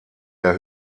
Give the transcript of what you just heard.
der